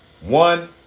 One